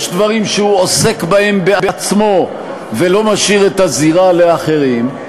יש דברים שהוא עוסק בהם בעצמו ולא משאיר את הזירה לאחרים,